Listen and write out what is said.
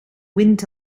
wind